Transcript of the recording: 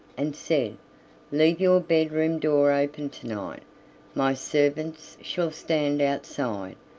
and said leave your bedroom door open to-night, my servants shall stand outside,